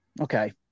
Okay